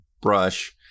brush